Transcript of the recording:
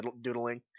doodling